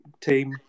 team